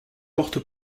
porte